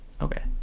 Okay